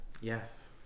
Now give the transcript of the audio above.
Yes